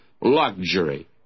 luxury